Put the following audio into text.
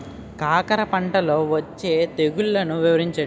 కాకర పంటలో వచ్చే తెగుళ్లను వివరించండి?